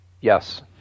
Yes